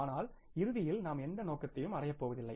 ஆனால் இறுதியில் நாம் எந்த நோக்கத்தையும் அடையப்போவதில்லை